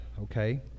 Okay